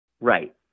Right